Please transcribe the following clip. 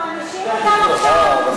אתם מענישים אותם עכשיו?